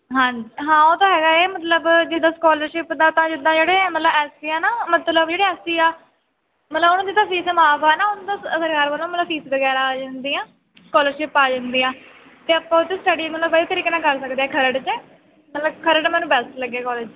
ਹਾਂ ਹਾਂ ਉਹ ਤਾਂ ਹੈਗਾ ਏ ਮਤਲਬ ਜਿੱਦਾਂ ਸਕੋਲਰਸ਼ਿਪ ਦਾ ਤਾਂ ਜਿੱਦਾਂ ਜਿਹੜੇ ਮਤਲਬ ਐਸ ਸੀ ਆ ਨਾ ਮਤਲਬ ਜਿਹੜੇ ਐਸ ਸੀ ਆ ਮਤਲਬ ਉਹਨਾਂ ਦੀ ਤਾਂ ਫੀਸ ਮਾਫ ਆ ਨਾ ਫੀਸ ਵਗੈਰਾ ਆ ਜਾਂਦੀ ਆ ਸਕੋਲਰਸ਼ਿਪ ਆ ਜਾਂਦੀ ਆ ਅਤੇ ਆਪਾਂ ਉਹਤੇ ਸਟੱਡੀ ਮਤਲਬ ਵਧੀਆ ਤਰੀਕੇ ਨਾਲ ਕਰ ਸਕਦੇ ਖਰੜ 'ਚ ਮਤਲਬ ਖਰੜ ਮੈਨੂੰ ਬੈਸਟ ਲੱਗਿਆ ਕੋਲੇਜ